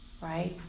right